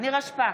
נירה שפק,